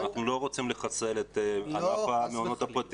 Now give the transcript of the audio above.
אנחנו לא רוצים לחסל את המעונות הפרטיים,